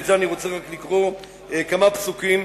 אני רוצה לקרוא כמה פסוקים